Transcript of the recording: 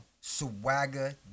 Swagger